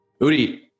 Udi